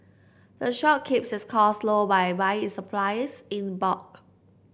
the shop keeps its costs low by buying its supplies in bulk